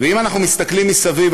אם אנחנו מסתכלים מסביב,